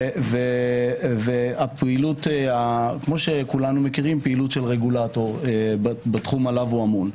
פעילות של רגולטור בתחום עליו הוא אמון.